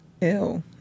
Ew